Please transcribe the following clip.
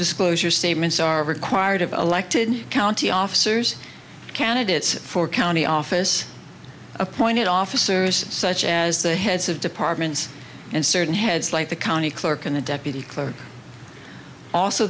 disclosure statements are required of elected county officers candidates for county office appointed officers such as the heads of departments and certain heads like the county clerk and the deputy clerk also